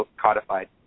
codified